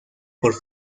por